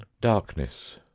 darkness